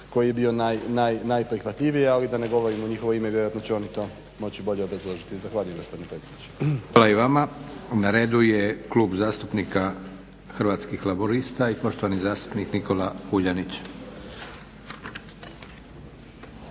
koji je bio najprihvatljiviji. Ali da ne govorim u njihovo ime vjerojatno će oni to moći bolje obrazložiti. Zahvaljujem gospodine predsjedniče. **Leko, Josip (SDP)** Hvala i vama. Na redu je Klub zastupnika Hrvatskih laburista i poštovani zastupnik Nikola Vuljanić.